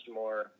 more